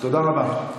תודה רבה.